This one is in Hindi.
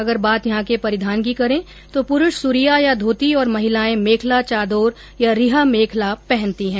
अगर बात यहां के परिधान की करें तो पुरूष सुरिया या धोती और महिलाएं मेखला चादोर या रिहा मेखला पहनती है